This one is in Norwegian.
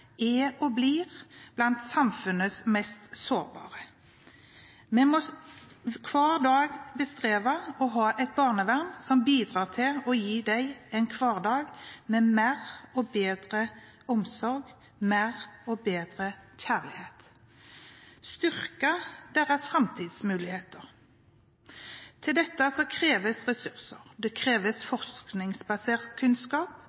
er og blir blant samfunnets mest sårbare. Vi må hver dag bestrebe oss på å ha et barnevern som bidrar til å gi dem en hverdag med mer og bedre omsorg, mer og bedre kjærlighet, og som styrker deres framtidsmuligheter. Til dette kreves ressurser. Det kreves forskningsbasert kunnskap